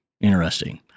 Interesting